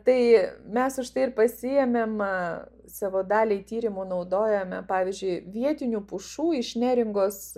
tai mes už tai ir pasiėmėm savo daliai tyrimų naudojome pavyzdžiui vietinių pušų iš neringos